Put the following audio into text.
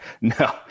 No